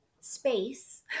space